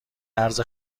ارز